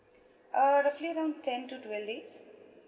uh roughly around ten to twenties